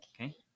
Okay